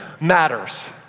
matters